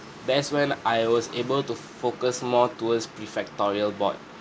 that's when I was able to focus more towards prefectorial board